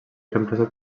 reemplaçat